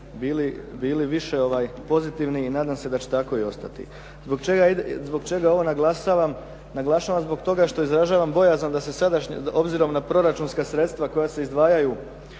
bili više pozitivni i nadam se da će tako i ostati. Zbog čega ovo naglašavam? Naglašavam zbog toga što izražavam bojazan da se sadašnja. Obzirom na proračunska sredstva koja se izdvajaju